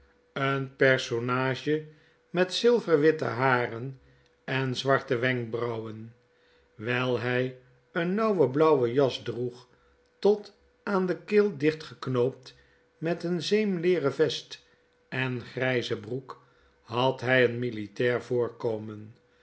een personage metzilverwitte haren en zwartewenkbrauwen wijihy een nauwen blauwen jas droeg tot aan de keel dichtgeknoopt met een zeemleeren vest en grijze broek had hij een militair